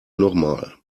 nochmal